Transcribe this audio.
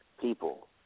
people